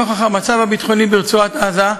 נוכח המצב הביטחוני ברצועת-עזה,